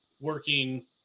working